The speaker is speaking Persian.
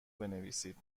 بنویسید